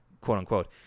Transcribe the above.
quote-unquote